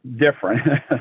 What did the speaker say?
different